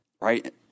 right